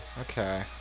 Okay